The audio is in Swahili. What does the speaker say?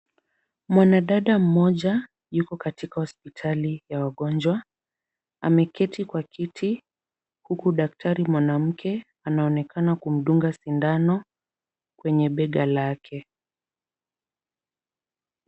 Mwanadada mmoja yuko katika hospitali ya wagonjwa, ameketi kwa kiti, huku daktari mwanamke anaonekana kumdunga sindano kwenye bega lake .